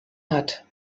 hat